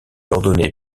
ordonné